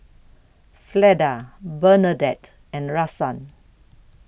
Fleda Bernadette and Rahsaan